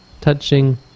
touching